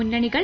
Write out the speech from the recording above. മുന്നണികൾ